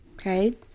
Okay